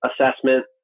assessment